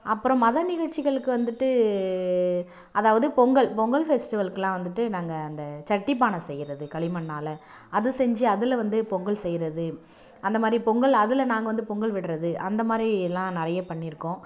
அப்புறம் மத நிகழ்ச்சிகளுக்கு வந்துட்டு அதாவது பொங்கல் பொங்கல் ஃபெஸ்டிவலுக்கெல்லாம் வந்துட்டு நாங்கள் அந்த சட்டி பானை செய்யறது களிமண்ணால் அதை செஞ்சு அதில் வந்து பொங்கல் செய்யறது அந்தமாதிரி பொங்கல் அதில் நாங்கள் வந்து பொங்கல் விடுறது அந்தமாதிரி எல்லாம் நிறைய பண்ணியிருக்கோம்